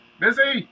busy